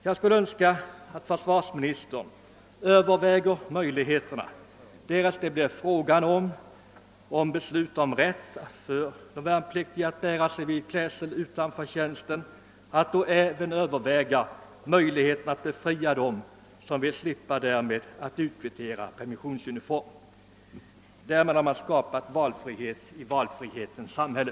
Jag skulle önska att försvarsministern ville överväga möjligheten att, därest det blir fråga om att fatta beslut om rätt för värnpliktiga att bära civil klädsel utanför tjänsten, befria dem som vill slippa permissionsuniform från skyldigheten att kvittera ut sådan. Därmed skulle valfrihet skapas i valfrihetens samhälle.